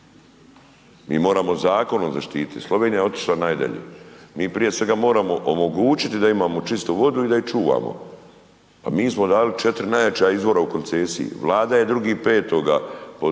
Mi moramo zakonom zaštiti, Slovenija je otišla najdalje. Mi prije svega moramo omogućiti da imamo čistu vodu i da ju čuvamo. Pa mi smo dali četiri najjača izvora u koncesiji. Vlada je 2.5. pod šutnjom